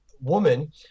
woman